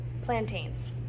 Plantains